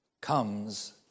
comes